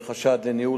שיצר עם מנכ"ל